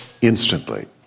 instantly